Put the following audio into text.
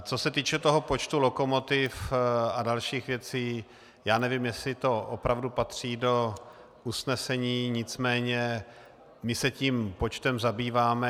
Co se týče počtu lokomotiv a dalších věcí, nevím, jestli to opravdu patří do usnesení, nicméně my se tím počtem zabýváme.